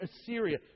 Assyria